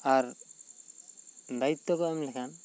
ᱟᱨ ᱫᱟᱭᱤᱛᱚ ᱠᱚ ᱮᱢ ᱞᱮᱠᱷᱟᱱ